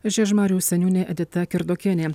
žiežmarių seniūnė edita kerdokienė